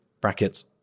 Brackets